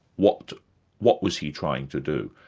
what what was he trying to do?